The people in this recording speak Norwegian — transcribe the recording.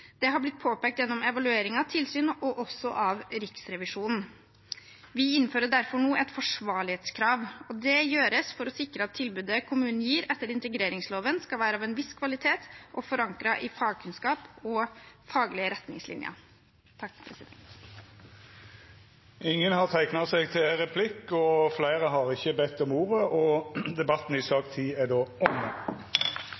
Det er blitt påpekt gjennom evalueringer og tilsyn og også av Riksrevisjonen. Vi innfører derfor nå et forsvarlighetskrav, og det gjøres for å sikre at tilbudet kommunen gir etter integreringsloven, skal være av en viss kvalitet og forankret i fagkunnskap og faglige retningslinjer. Fleire har ikkje bedt om ordet til sak nr. 10. Etter ynske frå kontroll- og konstitusjonskomiteen vil presidenten ordna debatten